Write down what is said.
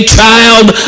child